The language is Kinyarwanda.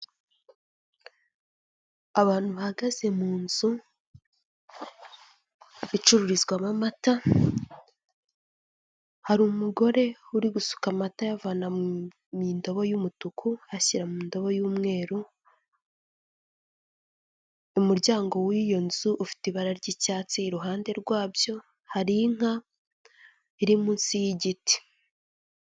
Abantu bahagaze mu nzu icururizwamo amata, hari umugore uri gusuka amata ayavana mu ndobo y'umutuku ashyira mu ndabo y'umweru, umuryango w'iyo nzu ufite ibara ry'icyatsi, iruhande rwabyo hari inka iri munsi y'igiti.